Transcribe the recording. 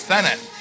Senate